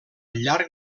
llarg